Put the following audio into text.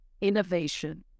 innovation